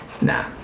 Nah